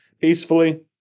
peacefully